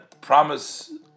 promise